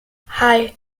hei